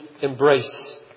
embrace